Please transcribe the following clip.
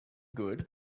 good